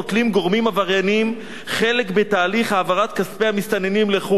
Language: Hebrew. גורמים עברייניים חלק בתהליך העברת כספי המסתננים לחו"ל.